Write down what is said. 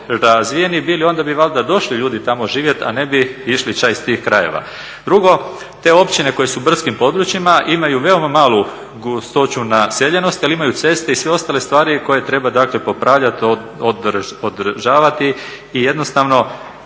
razvijeni bili onda bi valjda došli ljudi tamo živjet, a ne bi išli ća iz tih krajeva. Drugo, te općine koje su u brdskim područjima imaju veoma malu gustoću naseljenosti, ali imaju ceste i sve ostale stvari koje treba dakle popravljat, održavati i jednostavno